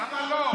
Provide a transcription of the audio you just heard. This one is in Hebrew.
למה לא?